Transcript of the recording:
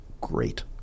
great